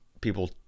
people